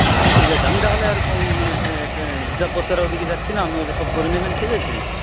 আচ্ছা ঠিক আছে আমি তাহলে আর ওই মানে হিসাব পত্তরের ওদিকে যাচ্ছি না আপনি ওটা সব করে নেবেন ঠিক আছে